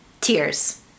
Tears